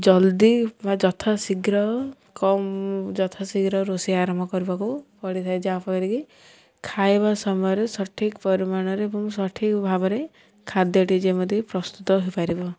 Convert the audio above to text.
ଜଲ୍ଦି ବା ଯଥା ଶୀଘ୍ର କମ୍ ଯଥାଶୀଘ୍ର ରୋଷେଇ ଆରମ୍ଭ କରିବାକୁ ପଡ଼ିଥାଏ ଯାହାଫଳରେ କି ଖାଇବା ସମୟରେ ସଠିକ୍ ପରିମାଣରେ ଏବଂ ସଠିକ୍ ଭାବରେ ଖାଦ୍ୟଟି ଯେମିତି ପ୍ରସ୍ତୁତ ହୋଇପାରିବ